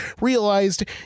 realized